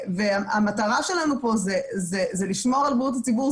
והמטרה שלנו פה זה לשמור על בריאות הציבור,